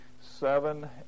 seven